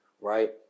Right